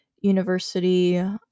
university